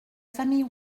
famille